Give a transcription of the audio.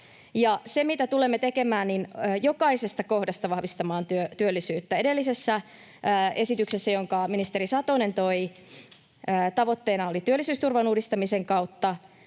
Se, mitä tulemme tekemään, on se, että vahvistamme jokaisesta kohdasta työllisyyttä. Edellisessä esityksessä, jonka ministeri Satonen toi, se oli tavoitteena työttömyysturvan uudistamisen kautta.